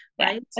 Right